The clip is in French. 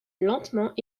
lentement